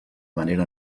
manera